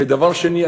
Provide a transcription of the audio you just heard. ודבר שני,